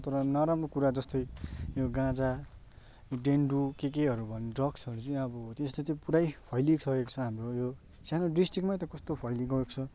तर नराम्रो कुरा जस्तै यो गाँजा डेन्डु के केहरू भन्ने ड्रग्सहरू चाहिँ अब त्यस्तो चाहिँ पुरै फैलिसकेको छ हाम्रो यो सानो डिस्ट्रिक्टमै त कस्तो फैलिगएको छ